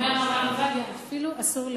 אומר הרב עובדיה שאפילו אסור לעודד.